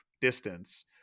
distance